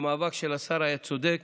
המאבק של השר היה צודק,